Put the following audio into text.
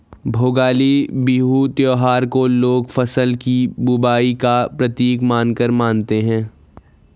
भोगाली बिहू त्योहार को लोग फ़सल की बुबाई का प्रतीक मानकर मानते हैं